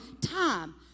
time